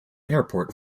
airport